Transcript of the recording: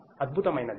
అద్భుతమైనధి